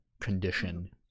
condition